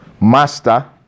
master